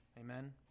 Amen